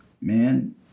man